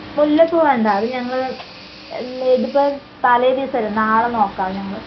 മുല്ലപ്പൂ വേണ്ട അത് ഞങ്ങള് ഇതിപ്പോൾ തലേദിവസം അല്ലേ നാളെ നോക്കാം ഞങ്ങള്